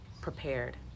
prepared